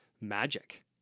magic